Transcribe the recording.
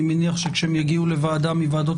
אני מניח שכאשר הם יגיעו לוועדה מוועדות